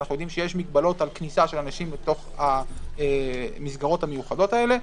אנחנו יודעים שיש מגבלות על כניסה של אנשים לתוך המסגרות המיוחדות האלה.